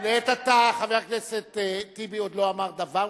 לעת עתה חבר הכנסת טיבי עוד לא אמר דבר,